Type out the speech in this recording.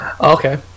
Okay